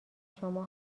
شما